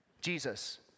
Jesus